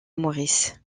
maurice